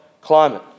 climate